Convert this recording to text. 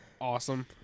awesome